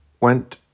went